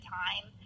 time